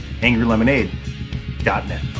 angrylemonade.net